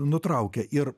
nutraukė ir